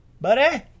buddy